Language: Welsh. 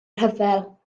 rhyfel